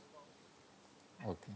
okay